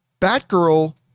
Batgirl